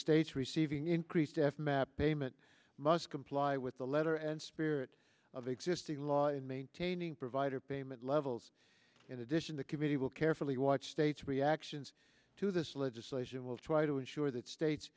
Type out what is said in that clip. states receiving increased f map payment must comply with the letter and spirit of existing law in maintaining provider payment levels in addition the committee will carefully watch states reactions to this legislation will try to ensure that states